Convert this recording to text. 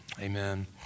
Amen